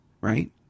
right